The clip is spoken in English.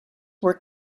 were